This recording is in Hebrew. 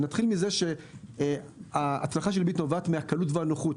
נתחיל מזה שההצלחה של "ביט" נובעת מהכמות והנוחות.